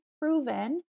proven